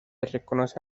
reconoce